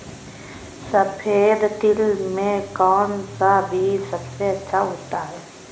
सफेद तिल में कौन सा बीज सबसे अच्छा होता है?